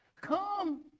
Come